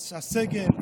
הסגל,